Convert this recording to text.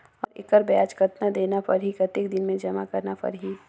और एकर ब्याज कतना देना परही कतेक दिन मे जमा करना परही??